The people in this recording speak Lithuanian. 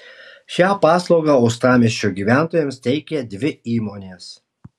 šią paslaugą uostamiesčio gyventojams teikia dvi įmonės